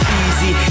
easy